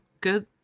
good